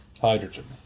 hydrogen